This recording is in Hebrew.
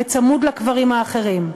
בצמוד לקברים האחרים.